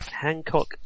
Hancock